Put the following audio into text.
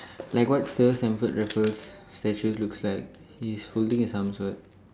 like what Sir Stamford Raffles statue looks like he is holding his arms what